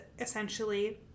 essentially